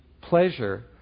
pleasure